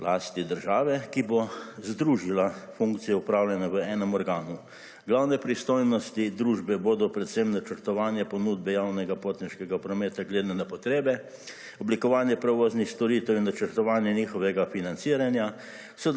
lasti države, ki bo združila funkcije upravljanja v enem organu. Glavne pristojnosti družbe bodo predvsem načrtovanje ponudbe javnega potniškega prometa glede na potrebe, oblikovanje prevoznih storitev in načrtovanje njihovega financiranja,